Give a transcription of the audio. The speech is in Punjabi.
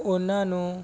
ਉਹਨਾਂ ਨੂੰ